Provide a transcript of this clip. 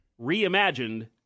reimagined